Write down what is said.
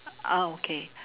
oh okay